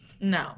No